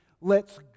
lets